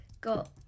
got